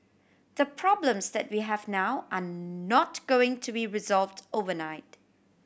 the problems that we have now are not going to be resolved overnight